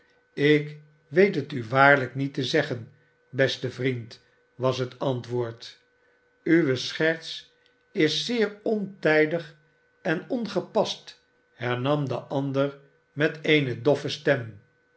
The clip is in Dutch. ik weet het u waarlijk niet te zeggen beste vriend was het antwoord uwe scherts is zeer ontijdig en ongepast hernam de ander met eene doffe stem